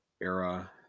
era